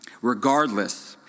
Regardless